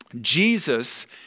Jesus